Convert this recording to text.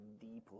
deeply